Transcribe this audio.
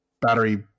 battery